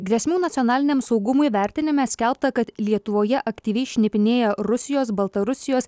grėsmių nacionaliniam saugumui vertinime skelbta kad lietuvoje aktyviai šnipinėja rusijos baltarusijos